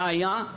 מה היה?